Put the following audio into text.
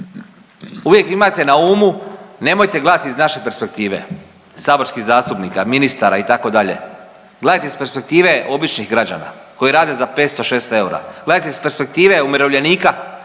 Uvijek imajte na umu nemojte gledati iz naše perspektive saborskih zastupnika, ministara itd., gledajte iz perspektive običnih građana koji rade za 500-600 eura, gledajte iz perspektive umirovljenika